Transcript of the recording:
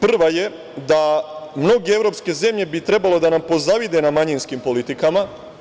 Prva je, da mnoge evropske zemlje bi trebalo da nam pozavide na manjinskim politikama.